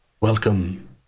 Welcome